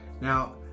Now